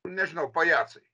nežinau pajacai